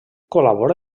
col·labora